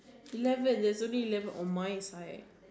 eleven there's only eleven on my side